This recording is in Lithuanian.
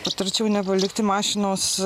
patarčiau nepalikti mašinos